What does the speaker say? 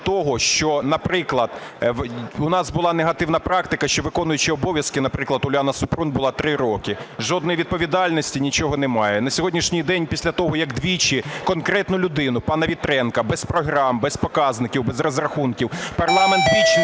щодо того, що, наприклад, у нас була негативна практика, що виконуючий обов'язки, наприклад, Уляна Супрун, була 3 роки – жодної відповідальності, нічого немає. На сьогоднішній день після того, як двічі конкретну людину, пана Вітренка, без програм, без показників, без розрахунків парламент двічі не